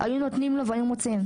היו נותנים לו והיו מוציאים.